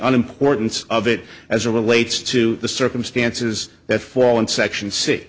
unimportance of it as a relates to the circumstances that fall in section